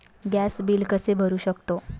Gas bill कसे भरू शकतो?